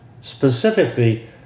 specifically